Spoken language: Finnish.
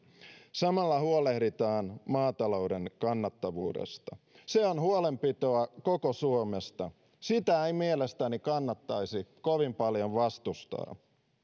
samalla huolehditaan maatalouden kannattavuudesta se on huolenpitoa koko suomesta sitä ei mielestäni kannattaisi kovin paljon vastustaa